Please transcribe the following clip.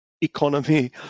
economy